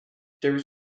there